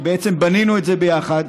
ובעצם בנינו את זה ביחד,